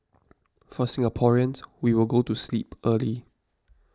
for Singaporeans we will go to sleep early